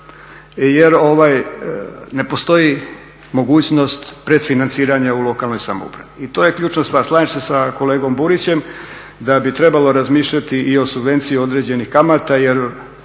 jer ne postoji mogućnost predfinanciranja u lokalnoj samoupravi. I to je ključna stvar. Slažem se sa kolegom Burićem da bi trebalo razmišljati i o subvenciji određenih kamata,